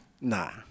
Nah